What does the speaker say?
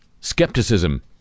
skepticism